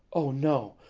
oh, no,